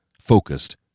focused